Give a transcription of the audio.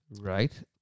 Right